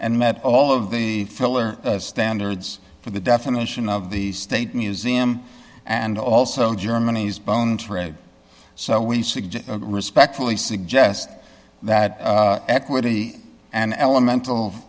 and met all of the filler standards for the definition of the state museum and also germany's bone trade so we suggest respectfully suggest that equity and elemental